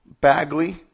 Bagley